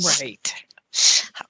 Right